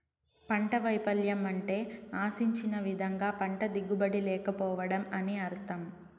పంట వైపల్యం అంటే ఆశించిన విధంగా పంట దిగుబడి లేకపోవడం అని అర్థం